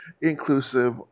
inclusive